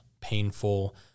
painful